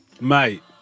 Mate